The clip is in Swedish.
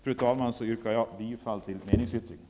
Fru talman! Jag yrkar bifall till meningsyttringen.